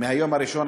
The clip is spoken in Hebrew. מהיום הראשון,